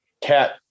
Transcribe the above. cat